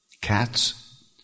Cats